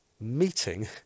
meeting